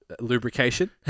Lubrication